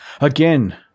Again